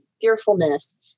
fearfulness